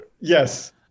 Yes